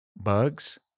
bugs